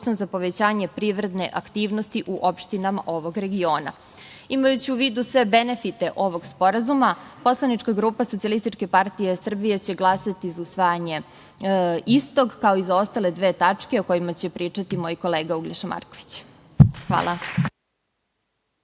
za povećanje privredne aktivnosti u opštinama ovog regiona. Imajući u vidu sve benefite ovog sporazuma, poslanička grupa SPS će glasati za usvajanje istog, kao i za ostale dve tačke o kojima će pričati moj kolega Uglješa Marković. Hvala.